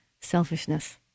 selfishness